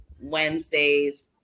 wednesdays